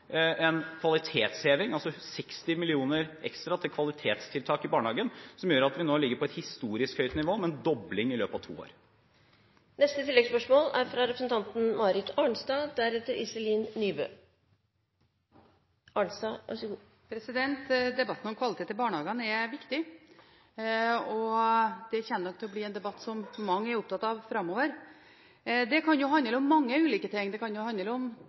en kvalitetsheving, med 60 mill. kr ekstra til kvalitetstiltak i barnehagen, noe som gjør at vi nå ligger på et historisk høyt nivå, med en dobling i løpet av to år. Marit Arnstad – til oppfølgingsspørsmål. Debatten om kvalitet i barnehagene er viktig. Det kommer nok til å bli en debatt som mange er opptatt av framover. Det kan handle om mange ulike ting. Det kan handle om nok ansatte og bemanningsnorm. Det vil igjen bety økte lønnskostnader og pensjonskostnader. Det kan handle om